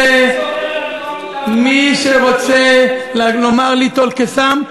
מי שרוצה לומר ליטול קיסם,